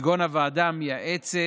כגון הוועדה המייעצת,